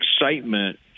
excitement